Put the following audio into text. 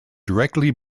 directly